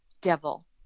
devil